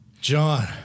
John